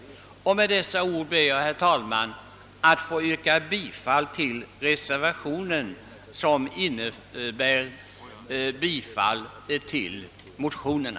Herr talman! Med det anförda ber jag att få yrka bifall till reservationen, vilket innebär bifall till motionerna.